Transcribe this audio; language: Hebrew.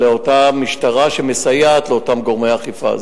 לאותה משטרה שמסייעת לאותם גורמי אכיפה.